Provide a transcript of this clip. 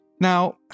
Now